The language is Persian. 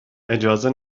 اجازه